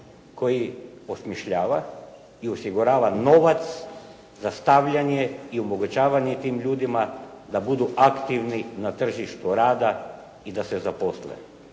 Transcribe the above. koji osmišljava i osigurava novac za stavljanje i omogućavanje tim ljudima da budu aktivni na tržištu rada i da se zaposle.